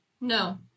no